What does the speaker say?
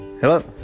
Hello